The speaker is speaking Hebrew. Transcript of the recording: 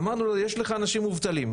אמרנו לו יש לך אנשים מובטלים,